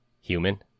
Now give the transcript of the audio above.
Human